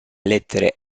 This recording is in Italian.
lettere